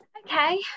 Okay